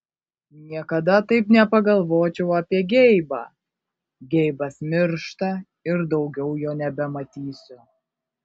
niekada taip nepagalvočiau apie geibą geibas miršta ir daugiau jo nebematysiu